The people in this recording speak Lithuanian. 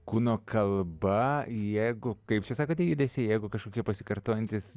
kūno kalba jeigu kaip čia sakote judesiai jeigu kažkokie pasikartojantys